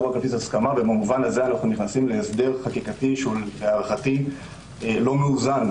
במובן הזה אנו נכנסים להסדר חקיקתי שלהערכתי אינו מאוזן.